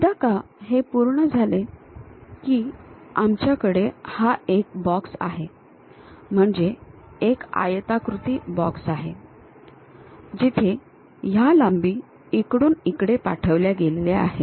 एकदा का हे पूर्ण झाले की आमच्याकडे हा एक बॉक्स आहे म्हणजे एक आयताकृती बॉक्स आहे जिथे या लांबी इकडून इकडे पाठवल्या गेलेल्या आहेत